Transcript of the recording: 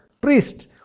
priest